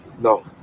No